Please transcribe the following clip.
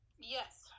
Yes